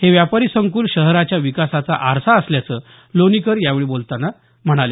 हे व्यापारी संकुल शहराच्या विकासाचा आरसा असल्याचं लोणीकर यावेळी बोलतांना नमूद केलं